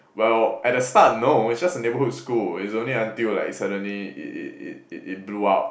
well at the start no is just a neighbourhood school is only until like suddenly it it it it blew up